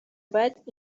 باید